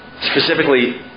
Specifically